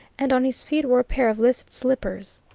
and on his feet were a pair of list slippers.